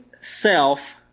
self